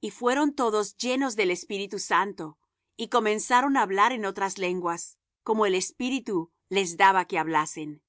y fueron todos llenos del espíritu santo y comenzaron á hablar en otras lenguas como el espíritu les daba que hablasen